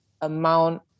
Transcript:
amount